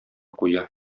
куя